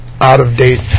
out-of-date